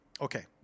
okay